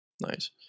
Nice